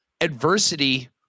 adversity